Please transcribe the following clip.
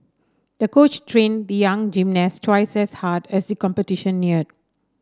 the coach trained the young gymnast twice as hard as the competition neared